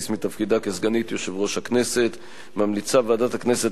מתפקידה כסגנית יושב-ראש הכנסת ממליצה ועדת הכנסת,